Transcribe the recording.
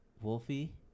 Wolfie